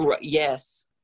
Yes